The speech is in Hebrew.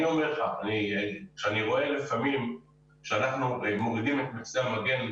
אני אומר לך שלפעמים אני רואה שאנחנו מורידים את מכסי המגן,